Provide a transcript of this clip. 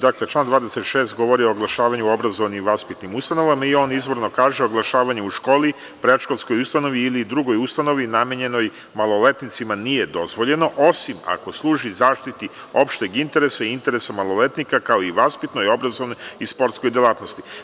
Dakle, član 26. govori o oglašavanju u obrazovnim i vaspitnim ustanovama i on izvorno kaže: „Oglašavanje u školi, predškolskoj ustanovi ili drugoj ustanovi namenjenoj maloletnicima nije dozvoljeno, osim ako služi zaštiti opšteg interesa i interesa maloletnika, kao i vaspitanoj, obrazovnoj i sportskoj delatnosti“